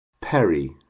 perry